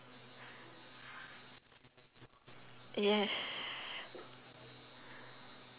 yes